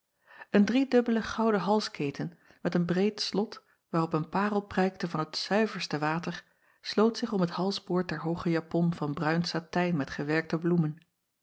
en driedubbele gouden halsketen met een breed slot waarop een parel prijkte van het zuiverste water sloot zich om het halsboord der hooge japon van bruin satijn met gewerkte bloemen